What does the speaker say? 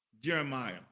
Jeremiah